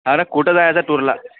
अरे कुठे जायचे टूरला